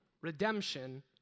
redemption